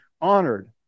Honored